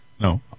No